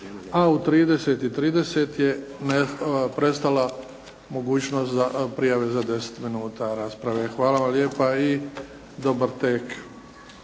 A u 13,30 je prestala mogućnost prijave za 10 minuta rasprave. Hvala vam lijepa i dobar tek.